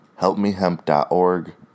Helpmehemp.org